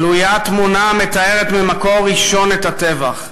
תלויה תמונה המתארת ממקור ראשון את הטבח.